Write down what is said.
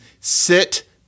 sit